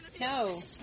No